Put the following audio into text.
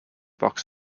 box